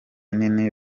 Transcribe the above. nini